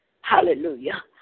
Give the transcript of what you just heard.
Hallelujah